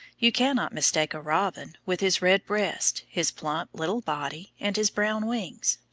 you cannot mistake a robin, with his red breast, his plump little body, and his brown wings.